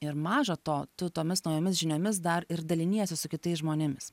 ir maža to tu tomis naujomis žiniomis dar ir daliniesi su kitais žmonėmis